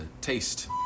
taste